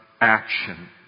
action